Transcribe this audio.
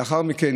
לאחר מכן,